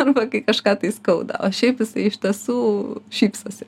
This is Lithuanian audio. arba kai kažką tai skauda o šiaip jis iš tiesų šypsosi